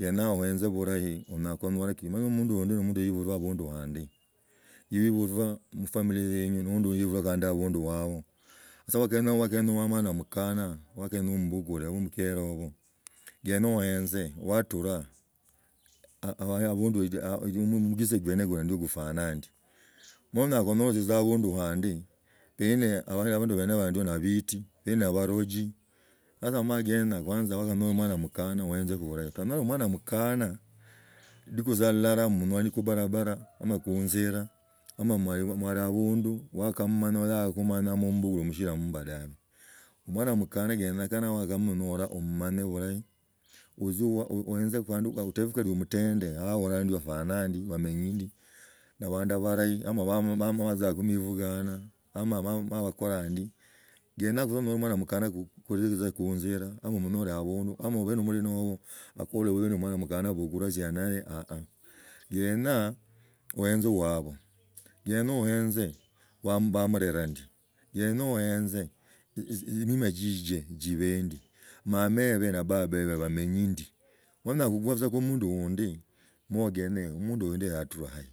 kenyaa ohenzi burahi onyala kunyara ki nalala omundu indi nomundu obulwa abundi band lwa waibulwa mufamilia yinywa no undi kandi yaibulwa kandi abundu nabwe so oakane wakamanye nende omukhangi kenya ommbugure abe mukere wuwo genya ohenza wa aturaa abaya abundu na mutize gwene gula ndio gufwana ndi noeenya gand nookotso abund, handi pengine abats benz haba na abeeti, bangine naabarachi kwanza nali ho omwana omukana lidiku tsa llala mmanyi kubarabara ama kunzira ama mwali tsa abundu wakammanya, nayaku, many ana mmukura mshira mmba dabe. Omwana omukana kenyobana wakamunyola omumanye bulahi ataba kali no omutende ohabwi yahu afwana ndie bamenye ndi gena gube omwana amukanakutolitza gunzila oma omunyule abundu, nali no omuliha hohi, akubolehosinga omwana mukana huyo khubukulaziana nnayewaa, kenyaa oenze obwa, kenya obenze bamurera ndi kenyaa ohenze mirma chichie tchibaa ndi, mamebena babebebamenyi ndio nyala tza khugwa tsa khumundi oundi mogznye omunthu undi yatura hai.